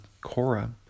Cora